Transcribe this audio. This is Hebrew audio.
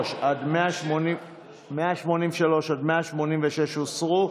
183 עד 186 הוסרו.